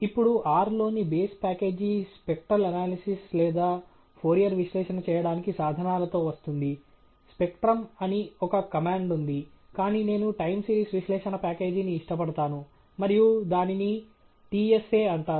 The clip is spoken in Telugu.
ఇప్పుడు R లోని బేస్ ప్యాకేజీ స్పెక్ట్రల్ అనాలిసిస్ లేదా ఫోరియర్ విశ్లేషణ చేయడానికి సాధనాలతో వస్తుంది స్పెక్ట్రం అని ఒక కమాండ్ ఉంది కానీ నేను టైమ్ సిరీస్ విశ్లేషణ ప్యాకేజీని ఇష్టపడతాను మరియు దానిని TSA అంటారు